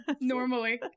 Normally